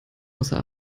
außer